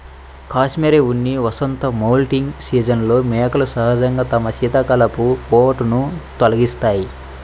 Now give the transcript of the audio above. cashmere ఉన్ని వసంత moulting సీజన్లో మేకలు సహజంగా తమ శీతాకాలపు కోటును తొలగిస్తాయి